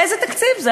איזה תקציב זה?